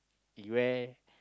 he wear